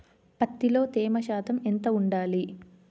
పత్తిలో తేమ శాతం ఎంత ఉండాలి?